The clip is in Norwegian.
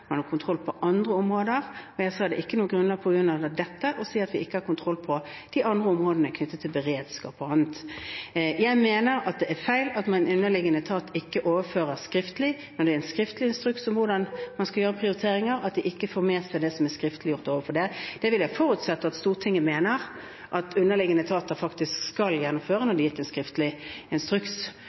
andre områder, og jeg sa at man på grunnlag av dette ikke kunne si at det ikke er kontroll med de andre områdene – knyttet til beredskap og annet. Jeg mener det er feil når en underliggende etat ikke overfører skriftlig en skriftlig instruks om hvordan man skal gjøre prioriteringer, at de ikke får med seg det som er skriftliggjort når det gjelder det. Jeg vil forutsette at Stortinget mener at underliggende etater faktisk skal gjennomføre når det er gitt en skriftlig instruks.